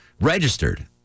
registered